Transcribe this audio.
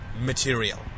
material